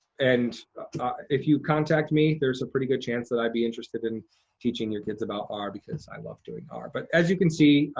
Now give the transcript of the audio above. and if you contact me, there's a pretty good chance that i'd be interested in teaching your kids about r because i love doing r. but as you can see,